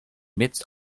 midst